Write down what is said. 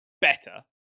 better